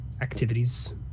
activities